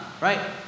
right